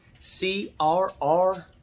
CRR